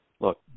Look